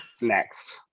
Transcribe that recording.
Next